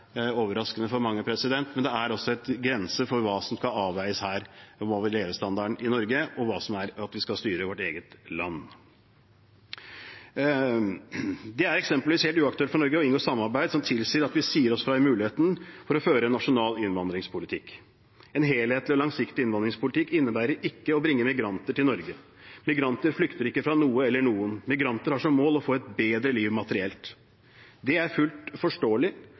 overraskende ut for mange, men det er altså en grense for hva som skal avveies her, med hensyn til levestandarden i Norge, og hva som er at vi skal styre vårt eget land. Det er eksempelvis helt uaktuelt for Norge å inngå samarbeid som tilsier at vi sier fra oss muligheten til å føre en nasjonal innvandringspolitikk. En helhetlig og langsiktig innvandringspolitikk innebærer ikke å bringe migranter til Norge. Migranter flykter ikke fra noe eller noen, migranter har som mål å få et bedre liv materielt sett. Det er fullt forståelig,